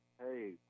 Hey